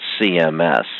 CMS